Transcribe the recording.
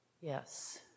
yes